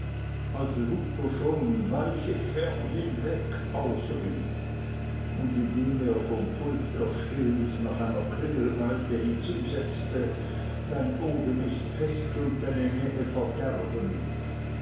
als luther schon weiche fern hinweg ausrief und indem er vom pult erstehend nach einer klingel eilte hinzusetzte dein odem ist pest und deine nähe verderben